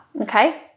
okay